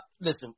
Listen